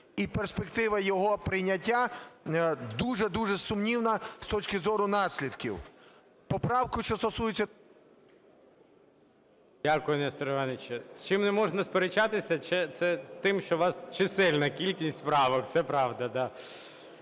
і перспектива його прийняття дуже-дуже сумнівна з точки зору наслідків. Поправку, що стосується… ГОЛОВУЮЧИЙ. Дякую, Несторе Івановичу. З чим не можна сперечатися, це з тим, що у вас чисельна кількість правок. Це правда, да.